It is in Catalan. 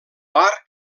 bar